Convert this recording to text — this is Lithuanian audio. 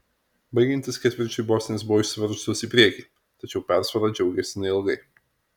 baigiantis ketvirčiui bosnės buvo išsiveržusios į priekį tačiau persvara džiaugėsi neilgai